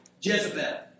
Jezebel